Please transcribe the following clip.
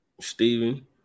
Steven